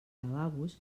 lavabos